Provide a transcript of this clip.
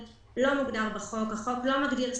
זה לא מה שביקשתי ממך לענות.